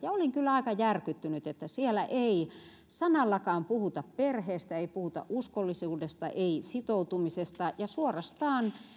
ja olin kyllä aika järkyttynyt kun siellä ei sanallakaan puhuta perheestä ei puhuta uskollisuudesta ei sitoutumisesta ja suorastaan